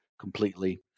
completely